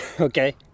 okay